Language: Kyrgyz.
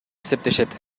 эсептешет